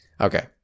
Okay